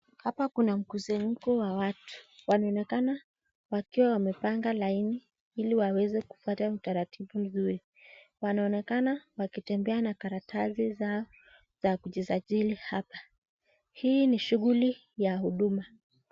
Hapa kuna mkusanyiko wa watu, wanaonekana wakiwa wamepanga laini ili waweze kupata utaratibu huyu, wanaonekana wakitembea na karatasi zao za kujisajili hapa, hii ni shughuli ya huduma.